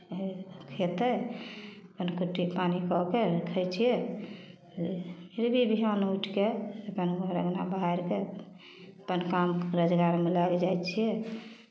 फेर खयतै अपन कुट्टी पानि कऽ कऽ रखै छियै फेर भी विहान उठि कऽ अपन घर अङ्गना बहारि कऽ अपन काम रोजगारमे लागि जाइ छियै